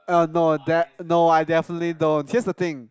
err no that no I definitely don't here's the thing